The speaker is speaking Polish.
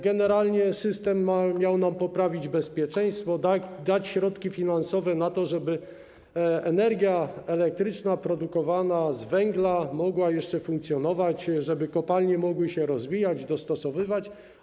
Generalnie system miał nam poprawić bezpieczeństwo, dać środki finansowe na to, żeby energia elektryczna produkowana z węgla mogła jeszcze funkcjonować, żeby kopalnie mogły się rozwijać, dostosowywać.